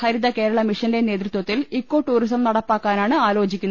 ഹരിതകേ രള മിഷന്റെ നേതൃത്വത്തിൽ ഇക്കോടൂറിസം നടപ്പാക്കാനാണ് ആലോചിക്കുന്നത്